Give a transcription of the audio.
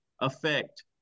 affect